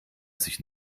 sich